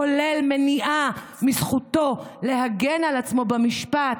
כולל מניעה מזכותו להגן על עצמו במשפט,